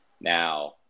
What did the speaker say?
now